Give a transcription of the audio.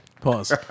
pause